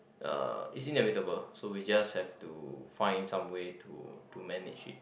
uh is inevitable so we just have to find some way to to manage it